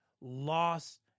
lost